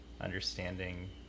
understanding